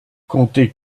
comptez